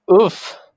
Oof